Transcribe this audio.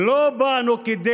לא באנו כדי